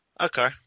Okay